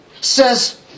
says